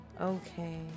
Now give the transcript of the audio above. Okay